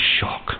shock